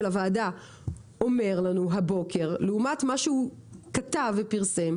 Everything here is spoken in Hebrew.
הוועדה אומר לנו הבוקר לעומת מה שהוא כתב ופרסם,